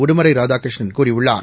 உடுமலை ராதாகிருஷ்ணன் கூறியுள்ளார்